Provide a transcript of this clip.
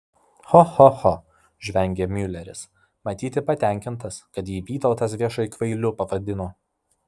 cho cho cho žvengė miuleris matyti patenkintas kad jį vytautas viešai kvailiu pavadino